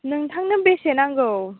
नोंथांनो बेसे नांगौ